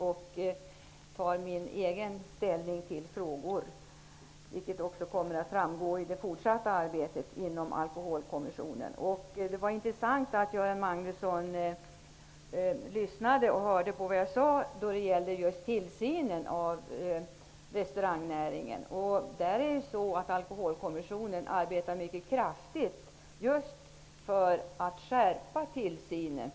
Jag tar själv ställning i olika frågor, vilket kommer att framgå i Det var bra att Göran Magnusson lyssnade på vad jag sade om tillsynen av restaurangnäringen. Alkoholkommissionen arbetar mycket kraftigt för att skärpa tillsynen.